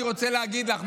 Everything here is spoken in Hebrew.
אני רוצה להגיד לך,